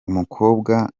umukobwa